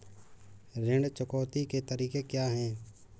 ऋण चुकौती के तरीके क्या हैं?